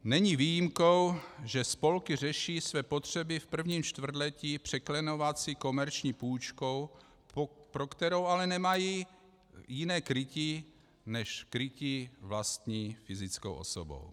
Není výjimkou, že spolky řeší své potřeby v prvním čtvrtletí překlenovací komerční půjčkou, pro kterou ale nemají jiné krytí než krytí vlastní fyzickou osobou.